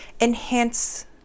enhance